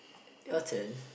your turn